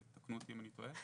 תקנו אותי אם אני טועה,